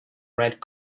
red